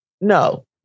no